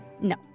No